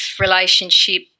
relationship